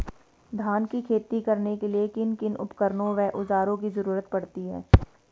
धान की खेती करने के लिए किन किन उपकरणों व औज़ारों की जरूरत पड़ती है?